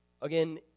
Again